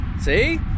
See